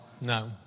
No